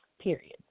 period